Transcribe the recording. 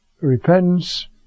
repentance